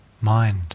mind